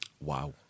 Wow